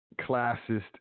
classist